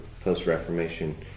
post-Reformation